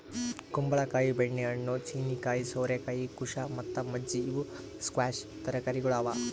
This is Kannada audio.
ಕುಂಬಳ ಕಾಯಿ, ಬೆಣ್ಣೆ ಹಣ್ಣು, ಚೀನೀಕಾಯಿ, ಸೋರೆಕಾಯಿ, ಕುಶಾ ಮತ್ತ ಮಜ್ಜಿ ಇವು ಸ್ಕ್ವ್ಯಾಷ್ ತರಕಾರಿಗೊಳ್ ಅವಾ